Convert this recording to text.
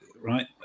right